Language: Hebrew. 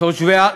תושבי עזה